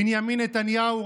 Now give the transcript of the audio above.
בנימין נתניהו,